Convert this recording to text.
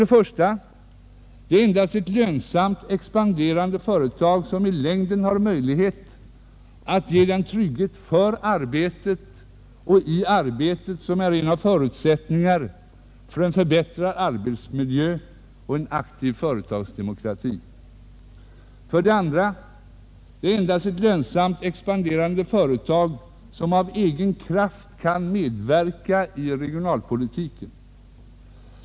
Det är endast ett lönsamt expanderande företag som i längden har möjlighet att ge den trygghet för arbetet och i arbetet, som är en av förutsättningarna för en förbättrad arbetsmiljö och en aktiv företagsdemokrati. 2. Det är endast ett lönsamt expanderande företag som av egen kraft kan medverka i regionalpolitiken.